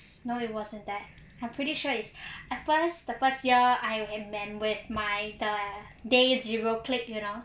no it wasn't that I'm pretty sure it's at first the first year I remembered my the day zero clique you know